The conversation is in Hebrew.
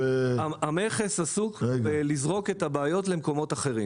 המכס עסוק בלזרוק את הבעיות למקומות אחרים.